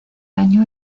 año